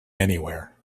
anywhere